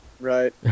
Right